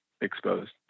exposed